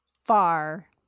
far